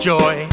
joy